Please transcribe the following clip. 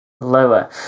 Lower